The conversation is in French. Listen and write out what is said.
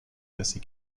passé